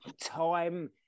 time